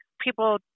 people